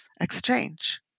exchange